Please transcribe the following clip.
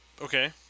Okay